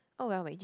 oh well my g